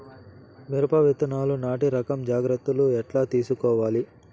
మిరప విత్తనాలు నాటి రకం జాగ్రత్తలు ఎట్లా తీసుకోవాలి?